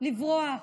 לברוח